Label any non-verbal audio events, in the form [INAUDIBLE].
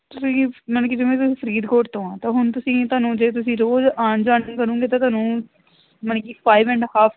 [UNINTELLIGIBLE] ਮਲ ਕਿ ਜਿਵੇਂ ਤੁਸੀਂ ਫਰੀਦਕੋਟ ਤੋਂ ਆ ਤਾਂ ਹੁਣ ਤੁਸੀਂ ਤੁਹਾਨੂੰ ਜੇ ਤੁਸੀਂ ਰੋਜ਼ ਆਉਣ ਜਾਣ ਵੀ ਕਰੋਗੇ ਤਾਂ ਤੁਹਾਨੂੰ ਮਲ ਕਿ ਫਾਈਵ ਐਂਡ ਹਾਫ